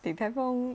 Din Tai Fung